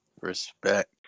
respect